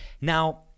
Now